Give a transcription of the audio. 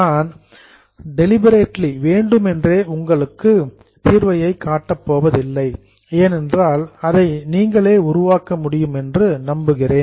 நான் டெலிபெரெட்லி வேண்டுமென்றே உங்களுக்கு தீர்வை காட்டப் போவதில்லை ஏனென்றால் அதை நீங்களே உருவாக்க முடியும் என்று நம்புகிறேன்